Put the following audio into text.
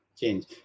change